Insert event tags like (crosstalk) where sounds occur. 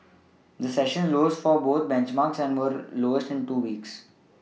(noise) the session lows for both benchmarks were the lowest in two weeks